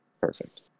perfect